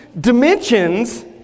dimensions